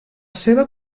seva